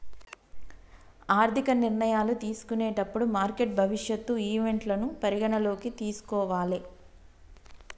ఆర్థిక నిర్ణయాలు తీసుకునేటప్పుడు మార్కెట్ భవిష్యత్ ఈవెంట్లను పరిగణనలోకి తీసుకోవాలే